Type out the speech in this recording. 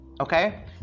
okay